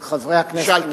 שנשאלת.